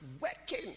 working